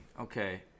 Okay